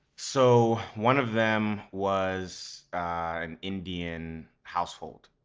so one of them was an indian household.